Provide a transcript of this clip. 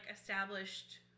established